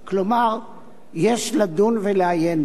כלומר יש לדון ולעיין בו.